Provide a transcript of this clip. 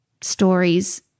stories